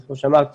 אז כמו שאמרתי,